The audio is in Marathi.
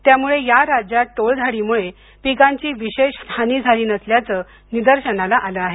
यामुळे या राज्यात टोळधाडीमुळे पिकांची विशेष हानी झाली नसल्याचं निदर्शनास आलं आहे